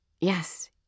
Yes